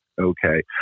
Okay